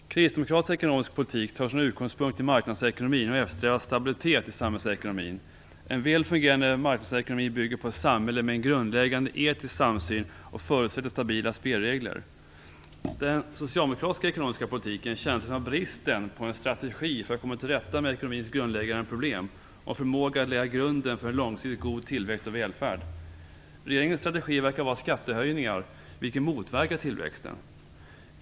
Fru talman! Kristdemokratisk ekonomisk politik tar sin utgångspunkt i marknadsekonomin och eftersträvar stabilitet i samhällsekonomin. En väl fungerande marknadsekonomi bygger på ett samhälle med en grundläggande etisk samsyn och förutsätter stabila spelregler. Socialdemokraternas ekonomiska politik kännetecknas av bristen på en strategi för att komma till rätta med ekonomins grundläggande problem och förmåga att lägga grunden för en långsiktigt god tillväxt och välfärd. Regeringens strategi verkar vara skattehöjningar, vilka motverkar tillväxten.